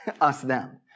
us-them